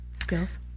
Skills